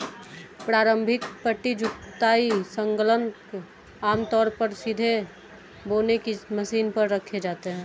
प्रारंभिक पट्टी जुताई संलग्नक आमतौर पर सीधे बोने की मशीन पर रखे जाते थे